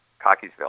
Cockeysville